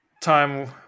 time